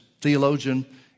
theologian